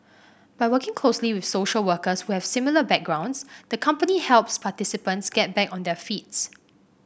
by working closely with social workers who have similar backgrounds the company helps participants get back on their feet